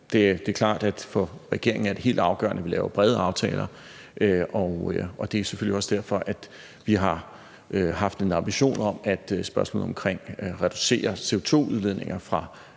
Det er klart, at for regeringen er det helt afgørende, at vi laver brede aftaler, og det er selvfølgelig også derfor, vi har haft en ambition om også at indgå en bred aftale om spørgsmålet om at reducere CO2-udledningen fra